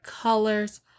colors